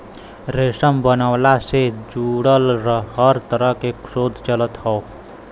रेशम बनवला से जुड़ल हर तरह के शोध चलत हौ